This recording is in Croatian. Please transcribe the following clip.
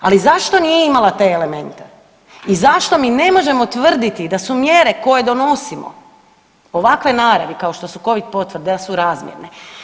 Ali zašto nije imala te elemente i zašto mi ne možemo tvrditi da su mjere koje donosimo ovakve naravi kao što su covid potvrde da su razmjerne?